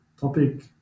topic